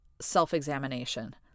self-examination